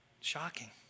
Shocking